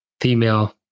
female